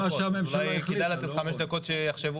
אולי כדאי לתת חמש דקות שיחשבו?